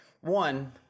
One